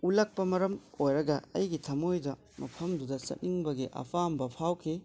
ꯎꯠꯂꯛꯄ ꯃꯔꯝ ꯑꯣꯏꯔꯒ ꯑꯩꯒꯤ ꯊꯃꯣꯏꯗ ꯃꯐꯝꯗꯨꯗ ꯆꯠꯅꯤꯡꯕꯒꯤ ꯑꯄꯥꯝꯕ ꯐꯥꯎꯈꯤ